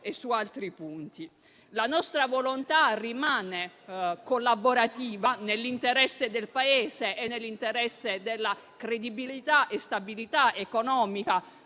La nostra volontà rimane collaborativa nell'interesse del Paese e della credibilità e stabilità economica